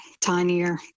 tinier